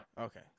Okay